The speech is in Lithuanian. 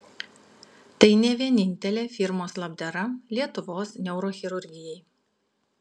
tai ne vienintelė firmos labdara lietuvos neurochirurgijai